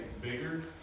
bigger